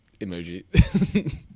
emoji